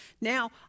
Now